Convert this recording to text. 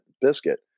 Biscuit